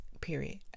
period